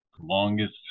Longest